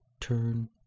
Turn